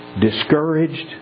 discouraged